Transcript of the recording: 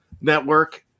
network